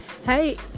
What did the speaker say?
Hey